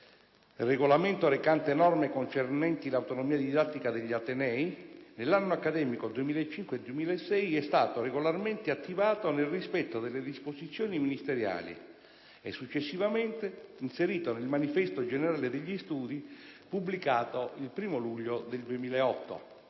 (regolamento recante norme concernenti l'autonomia didattica degli atenei), nell'anno accademico 2005-2006 è stato regolarmente attivato nel rispetto delle disposizioni ministeriali e successivamente inserito nel Manifesto generale degli studi pubblicato il 1° luglio 2008.